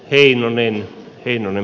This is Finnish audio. heinonen niin